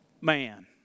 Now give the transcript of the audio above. man